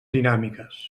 dinàmiques